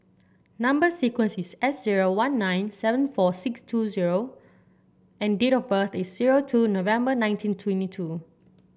number sequence is S zero one nine seven four six two zero and date of birth is zero two November nineteen twenty two